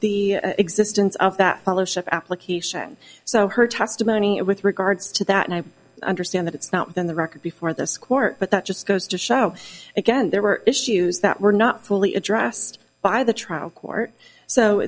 the existence of that fellowship application so her testimony it with regards to that and i understand that it's not then the record before this court but that just goes to show again there were issues that were not fully addressed by the trial court so